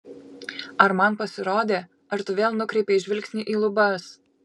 ar man pasirodė ar tu vėl nukreipei žvilgsnį į lubas